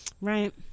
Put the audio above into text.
Right